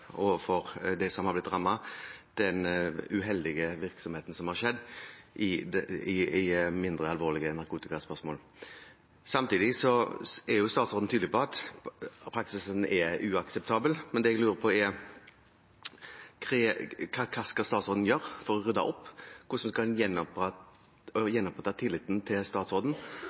overfor dem som har blitt rammet, den uheldige virksomheten som har skjedd, i mindre alvorlige narkotikaspørsmål. Samtidig er statsråden tydelig på at praksisen er uakseptabel, men jeg lurer på: Hva skal statsråden gjøre for å rydde opp? Hvordan skal hun gjenopprette tilliten til statsråden?